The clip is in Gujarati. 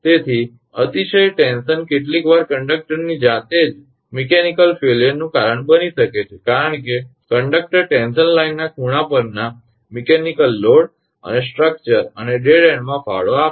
તેથી અતિશય ટેન્શન કેટલીકવાર કંડકટરની જાતે જ યાંત્રિક નિષ્ફળતાનું કારણ બની શકે છે કારણ કે કંડક્ટર ટેન્શન લાઇનના ખૂણા પરના યાંત્રિક લોડ અને માળખાં અને ડેડ એન્ડમાં ફાળો આપે છે